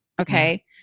Okay